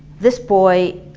this boy,